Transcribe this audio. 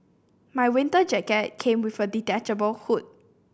my winter jacket came with a detachable hood